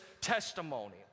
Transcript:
testimony